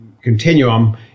continuum